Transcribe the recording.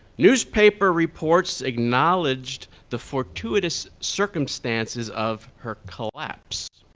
newspaper reports acknowledged the fortuitous circumstances of her collapse.